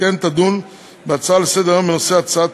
וכן תדון בהצעה לסדר-היום של חבר הכנסת